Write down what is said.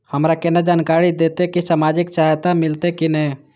हमरा केना जानकारी देते की सामाजिक सहायता मिलते की ने?